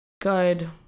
good